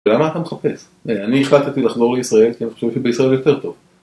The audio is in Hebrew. למה אתה מחפש? אני החלטתי לחזור לישראל כי אני חושב שבישראל יותר טוב.